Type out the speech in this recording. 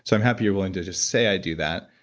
so i'm happy you're willing to just say i do that.